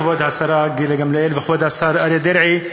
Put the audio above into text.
כבוד השרה גילה גמליאל וכבוד השר אריה דרעי,